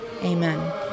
Amen